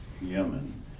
Yemen